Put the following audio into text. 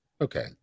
Okay